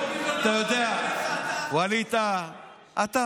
אני אומר לך בתור אדם שקוראים לו נאור,